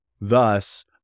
Thus